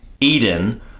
Eden